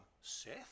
Seth